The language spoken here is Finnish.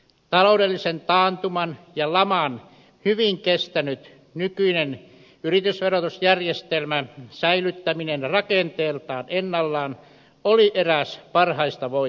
taloudellisen taantuman ja laman hyvin kestäneen nykyisen yritysverotusjärjestelmän säilyttäminen rakenteeltaan ennallaan oli eräs parhaista voitoista